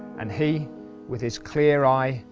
and he with his clear eye,